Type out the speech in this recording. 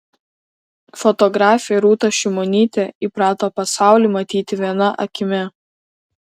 fotografė rūta šimonytė įprato pasaulį matyti viena akimi